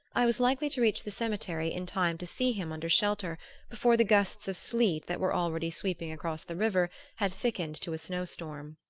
i was likely to reach the cemetery in time to see him under shelter before the gusts of sleet that were already sweeping across the river had thickened to a snow-storm.